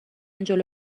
جلو